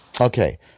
Okay